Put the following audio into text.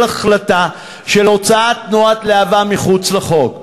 החלטה של הוצאת תנועת להב"ה מחוץ לחוק.